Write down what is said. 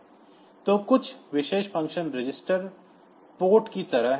तो कुछ विशेष फ़ंक्शन रजिस्टर पोर्ट की तरह हैं